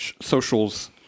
socials